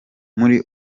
muri